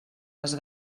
les